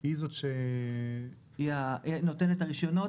היא זו שנותנת את הרישיונות.